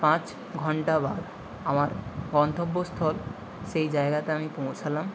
পাঁচ ঘণ্টা বাদে আমার গন্তব্যস্থল সেই জায়গাতে আমি পৌঁছালাম